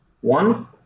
One